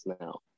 now